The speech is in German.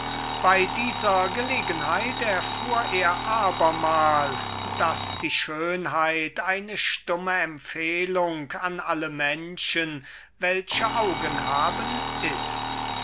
bei dieser gelegenheit abermal daß die schönheit eine stumme empfehlung an alle menschen welche augen haben ist